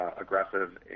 aggressive